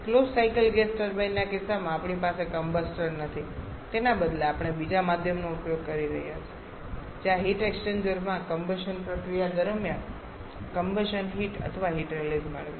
close cycle gas ટર્બાઇનના કિસ્સામાં આપણી પાસે કમ્બસ્ટર નથી તેના બદલે આપણે બીજા માધ્યમનો ઉપયોગ કરી રહ્યા છીએ જે આ હીટ એક્સ્ચેન્જર માં કમ્બશન દરમિયાન કમ્બશન હીટ અથવા હીટ રીલીઝ મેળવે છે